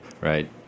Right